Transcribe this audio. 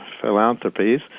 philanthropies